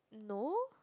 no